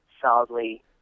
solidly